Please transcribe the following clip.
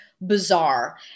bizarre